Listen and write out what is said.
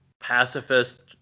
pacifist